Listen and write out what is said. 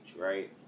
right